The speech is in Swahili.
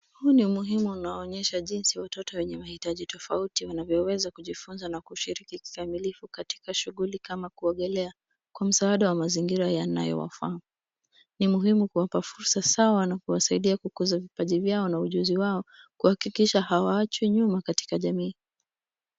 Huu ni umuhimu unaonyesha jinsi watoto wenye mahitaji tofauti wanavyoweza kujifunza na kushiriki kikamilifu katika shughuli kama kuogelea kwa msaada ya mazingira yanayowafaa. Ni muhimu kuwapa fursa sawa na kuwasaidia kukuuza vipaji vyao na ujuzi wao kuhakikisha hawaachwi nyuma katika jamii.